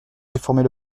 réformer